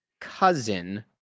cousin